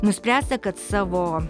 nuspręsta kad savo